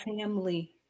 family